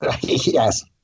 Yes